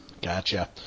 Gotcha